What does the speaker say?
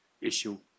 issue